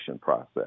process